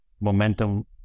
Momentum